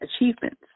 achievements